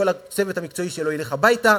כל הצוות המקצועי שלו ילך הביתה,